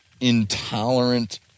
intolerant